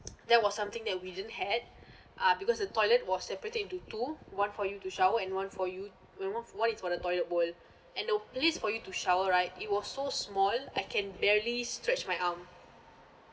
that was something that we didn't had uh because the toilet was separated into two one for you to shower and one for you and one one is for the toilet bowl and the place for you to shower right it was so small I can barely stretch my arm